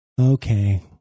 Okay